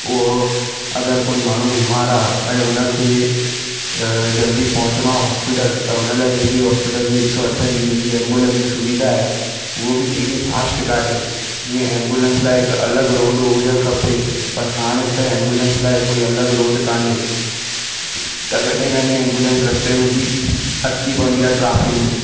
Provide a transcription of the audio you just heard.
उहो अगरि कोई माण्हू बीमार आहे ऐं हुनखे जल्दी पहुचणो हॉस्पिटल त हुन लाइ जेकी हॉस्पिटल जी हिकु सौ अठ जी जेकी एम्बुलंस जी जेकी सुविधा आहे उहो बि हेॾी फास्ट कान्हे जीअं एम्बुलंस लाइ हिकु अलॻि रोड हुजणु खपे पर हाणे त एम्बुलंस लाइ कोई अलॻि रोड कान्हे त कॾहिं कॾहिं एम्बुलंस रस्ते में बि अटकी पवंदी आहे ट्राफ़िक में